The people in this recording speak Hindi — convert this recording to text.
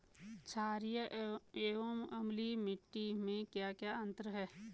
छारीय एवं अम्लीय मिट्टी में क्या क्या अंतर हैं?